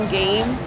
game